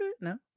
No